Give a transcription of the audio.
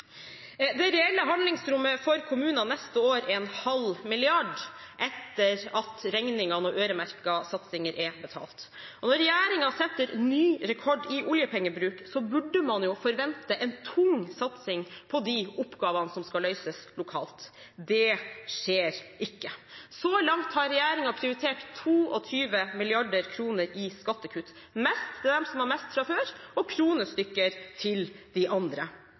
Det reelle handlingsrommet for kommunene neste år er på 0,5 mrd. kr etter at regningene og øremerkede satsinger er betalt. Når regjeringen setter ny rekord i oljepengebruk, burde man forvente en tung satsing på de oppgavene som skal løses lokalt. Det skjer ikke. Så langt har regjeringen prioritert 22 mrd. kr i skattekutt – mest til dem som har mest fra før, og kronestykker til de andre.